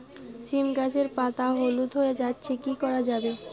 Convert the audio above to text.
সীম গাছের পাতা হলুদ হয়ে যাচ্ছে কি করা যাবে?